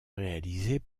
réalisés